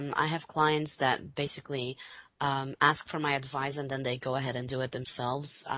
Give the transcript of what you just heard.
i have clients that basically ask for my advice and then they go ahead and do it themselves.